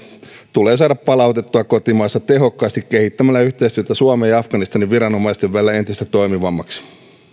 tulee saada palautettua kotimaahansa tehokkaasti kehittämällä yhteistyötä suomen ja afganistanin viranomaisten välillä entistä toimivammaksi